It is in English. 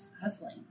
hustling